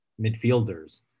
midfielders